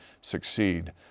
succeed